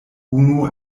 unu